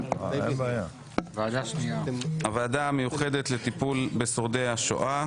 ועדה שנייה, הוועדה המיוחדת לטיפול בשורדי השואה.